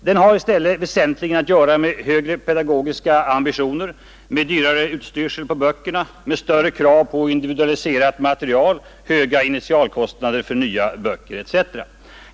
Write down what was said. Den har i stället väsentligen att göra med högre pedagogiska ambitioner, med dyrare utstyrsel på böckerna, med större krav på individualiserat material, med höga initialkostnader för nya böcker etc.